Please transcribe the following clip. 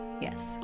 Yes